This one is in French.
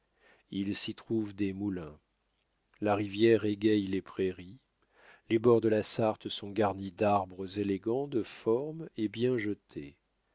il s'y trouve des moulins la rivière égaie les prairies les bords de la sarthe sont garnis d'arbres élégants de forme et bien jetés